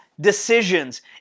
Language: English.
decisions